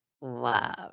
Love